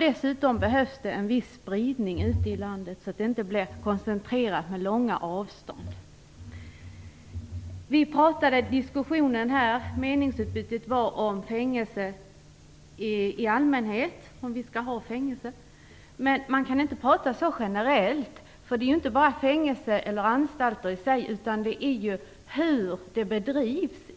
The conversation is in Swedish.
Dessutom behövs det en viss spridning ute i landet, så att anstaltsplatserna inte ligger koncentrerat med långa avstånd som följd. Meningsutbytet nyss gällde fängelser i allmänhet - om vi skall ha fängelser eller inte. Men man kan inte diskutera så generellt. Det är ju inte bara en fråga om fängelser eller anstalter i sig utan också om